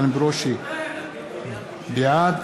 בעד